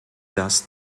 dass